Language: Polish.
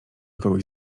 kogoś